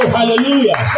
Hallelujah